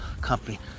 company